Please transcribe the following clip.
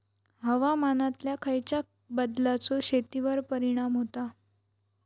हवामानातल्या खयच्या बदलांचो शेतीवर परिणाम होता?